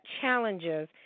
challenges